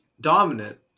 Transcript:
dominant